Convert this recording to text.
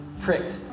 pricked